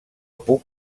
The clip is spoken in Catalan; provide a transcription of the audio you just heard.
puc